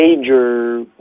major